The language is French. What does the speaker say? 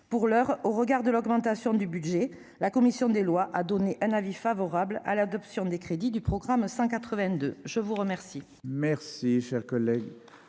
Pour l'heure, au regard de l'augmentation de son budget, la commission des lois a émis un avis favorable sur l'adoption des crédits du programme 182. Mes chers